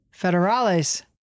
federales